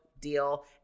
deal